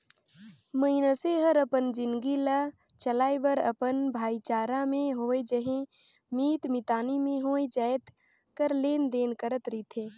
मइनसे हर अपन जिनगी ल चलाए बर अपन भाईचारा में होए चहे मीत मितानी में होए जाएत कर लेन देन करत रिथे